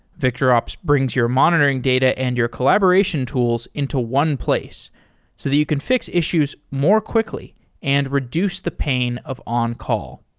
victorops brings your monitoring data and your collaboration tools into one place so that you can fix issues more quickly and reduce the pain of on-call.